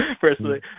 personally